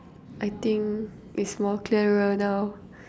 I think its more clearer now